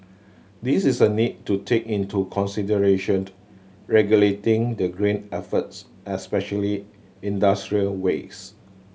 this is a need to take into consideration regulating the green efforts especially industrial waste